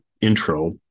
intro